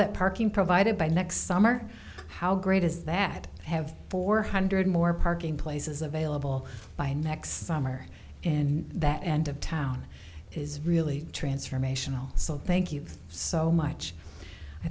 that parking provided by next summer how great is that have four hundred more parking places available by next summer and that end of town is really transformational so thank you so much i